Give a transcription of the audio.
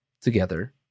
together